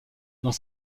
dans